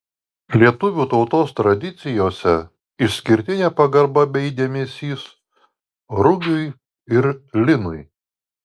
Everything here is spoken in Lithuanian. lietuvių tautos tradicijose išskirtinė pagarba bei dėmesys rugiui ir linui